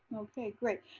okay, great.